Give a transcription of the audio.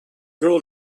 girl